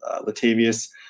Latavius